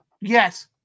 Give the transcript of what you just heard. Yes